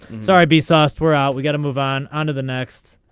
sorry be software out we got to move on. on to the next.